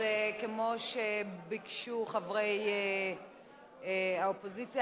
כמו שביקשו חברי האופוזיציה,